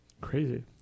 Crazy